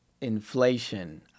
inflation